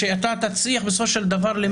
שיטה מסוימת שיש בה עקרון דמוקרטי,